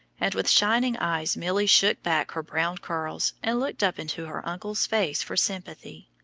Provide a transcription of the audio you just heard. and with shining eyes milly shook back her brown curls and looked up into her uncle's face for sympathy.